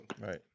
Right